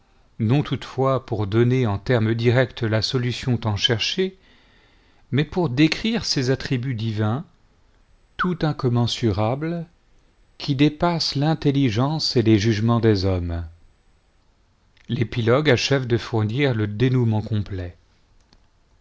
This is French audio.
non toutefois pour donner en termes directs la solution tant cherchée mais pour décrire ses attributs divins tout incommensurables qui dépassent l'intelligence et les jugements des hommes l'épilogue achève de fournir le dénouement complet